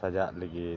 ᱥᱟᱡᱟᱜ ᱞᱟᱹᱜᱤᱫ